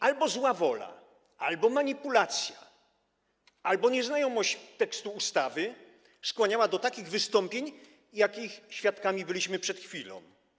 Albo zła wola, albo manipulacja, albo nieznajomość tekstu ustawy skłaniała do takich wystąpień, jakich świadkami byliśmy przed chwilą.